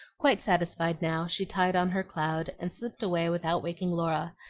quite satisfied now, she tied on her cloud and slipped away without waking laura,